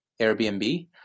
Airbnb